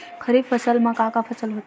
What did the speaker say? खरीफ फसल मा का का फसल होथे?